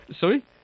Sorry